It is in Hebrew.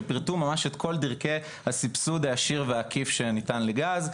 שפירטו ממש את כל דרכי הסבסוד הישיר והעקיף שניתן לגז.